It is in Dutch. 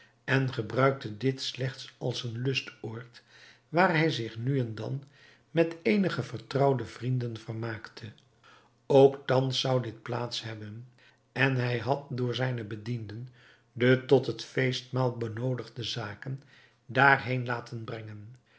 en gebruikte dit slechts als een lustoord waar hij zich nu en dan met eenige vertrouwde vrienden vermaakte ook thans zou dit plaats hebben en hij had door zijne bedienden de tot het feestmaal benoodigde zaken daar heen laten brengen